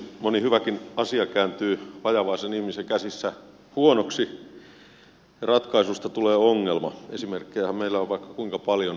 moni hyväkin asia kääntyy vajavaisen ihmisen käsissä huonoksi ratkaisusta tulee ongelma esimerkkejähän meillä on vaikka kuinka paljon